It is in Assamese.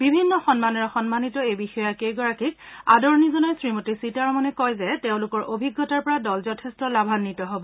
বিভিন্ন সন্মানেৰে সন্মানিত এই বিষয়াকেইগৰাকীক আদৰণি জনাই শ্ৰীমতী সীতাৰমণে কয় যে তেওঁলোকৰ অভিজ্ঞতাৰ পৰা দল যথেষ্ট লাভান্নিত হ'ব